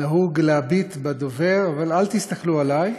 נהוג להביט בדובר, אבל אל תסתכלו עלי,